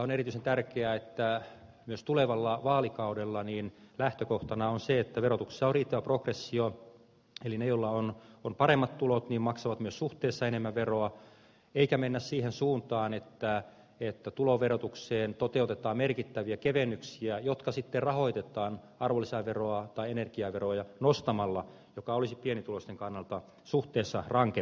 on erityisen tärkeää että myös tulevalla vaalikaudella lähtökohtana on se että verotuksessa on riittävä progressio eli ne joilla on paremmat tulot maksavat myös suhteessa enemmän veroa eikä mennä siihen suuntaan että tuloverotuksessa toteutetaan merkittäviä kevennyksiä jotka sitten rahoitetaan arvonlisäveroa tai energiaveroja nostamalla mikä olisi pienituloisten kannalta suhteessa rankempaa